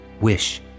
wish